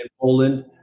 Poland